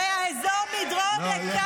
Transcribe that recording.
אני אסביר לך.